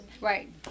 Right